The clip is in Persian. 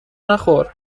نخور